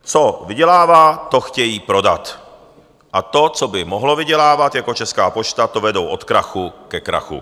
Co vydělává, to chtějí prodat a to, co by mohlo vydělávat, jako Česká pošta, to vedou od krachu ke krachu.